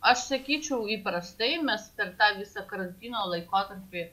aš sakyčiau įprastai mes per tą visą karantino laikotarpį